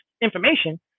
information